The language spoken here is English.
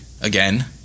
again